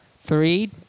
Three